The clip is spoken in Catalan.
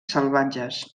salvatges